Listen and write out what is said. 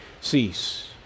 cease